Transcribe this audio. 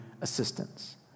assistance